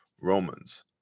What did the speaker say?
romans